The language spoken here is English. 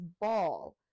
ball